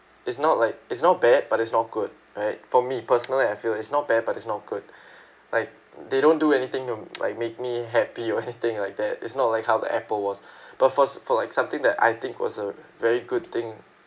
it's not like it's not bad but it's not good for me personally I feel it's not bad but it's not good like they don't do anything to like make me happy or anything like that it's not like how the Apple was but was for like something that I think was a very good thing